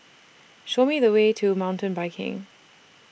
Show Me The Way to Mountain Biking